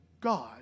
God